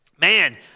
Man